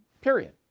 Period